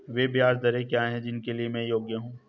वे ब्याज दरें क्या हैं जिनके लिए मैं योग्य हूँ?